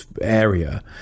area